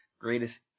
greatest